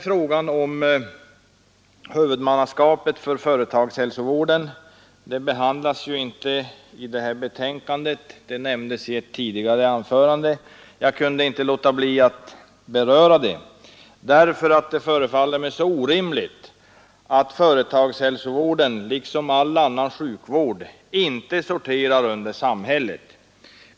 Frågan om huvudmannaskapet för företagshälsovården behandlas inte i förevarande betänkande — detta nämndes i ett tidigare anförande — men jag har inte kunnat låta bli att beröra den därför att det förefaller orimligt att företagshälsovården inte liksom all annan sjukvård sorterar under samhället.